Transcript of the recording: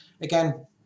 Again